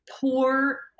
poor